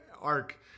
arc